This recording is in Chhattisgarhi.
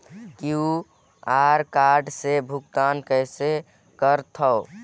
क्यू.आर कोड से भुगतान कइसे करथव?